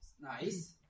Nice